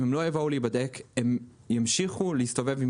אם הם לא יבואו להיבדק הם ימשיכו להסתובב עם